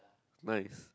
nice